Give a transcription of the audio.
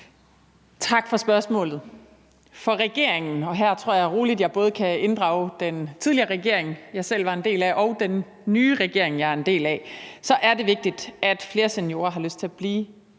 Tak for spørgsmålet. For regeringen – og her tror jeg roligt, jeg både kan inddrage den tidligere regering, jeg selv var en del af, og den nye regering, jeg er en del af – er det vigtigt, at flere seniorer har lyst til at blive